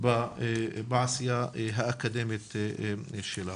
בעשייה האקדמית שלה.